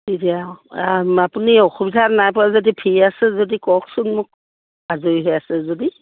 তেতিয়া আপুনি অসুবিধা নাই পোৱা যদি ফ্ৰী আছে যদি কওকচোন মোক আজৰি হৈ আছে যদি